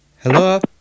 Hello